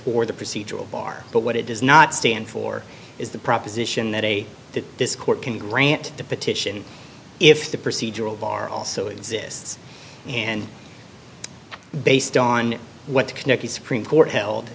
or the procedural bar but what it does not stand for is the proposition that a that this court can grant the petition if the procedural bar also exists and based on what the supreme court held